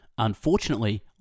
Unfortunately